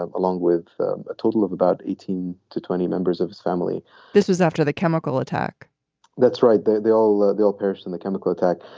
um along with a total of about eighteen to twenty members of his family this is after the chemical attack that's right. they they all ah they all perished in the chemical attack.